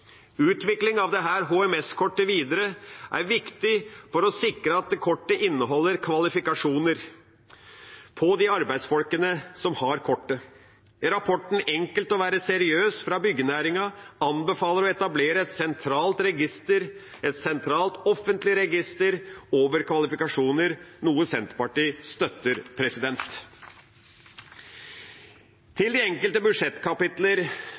Utvikling av dette HMS-kortet er viktig for å sikre at kortet inneholder kvalifikasjonene til de arbeidsfolkene som har kortet. Rapporten Enkelt å være seriøs fra Byggenæringens landsforening anbefaler å etablere et sentralt offentlig register over kvalifikasjoner, noe Senterpartiet støtter. Når det gjelder de enkelte budsjettkapitler,